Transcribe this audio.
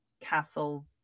castle